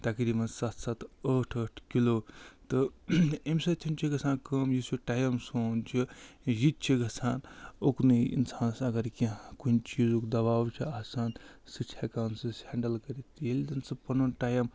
تقریٖباً سَتھ سَتھ ٲٹھ ٲٹھ کِلوٗ تہٕ اَمہِ سۭتۍ چھُ گژھان کٲم یُس یہِ ٹایَم سون چھُ یِتہِ چھِ گژھان اُکنٕے اِنسانَس اگر کیٚنٛہہ کُنہِ چیٖزُک دباو چھِ آسان سُہ چھِ ہٮ۪کان سُہ أسۍ ہٮ۪نٛڈَل کٔرِتھ ییٚلہِ زَنہٕ سُہ پَنُن ٹایَم